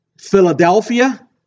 Philadelphia